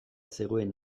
zegoen